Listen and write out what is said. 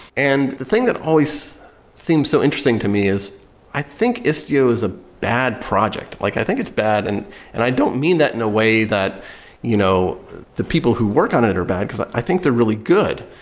and the thing that always seems so interesting to me is i think istio is a bad project. like i think it's bad and and i don't mean that in a way that you know the people the people who work on it it are bad, because i i think they're really good,